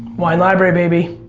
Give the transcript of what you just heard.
wine library baby.